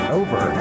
over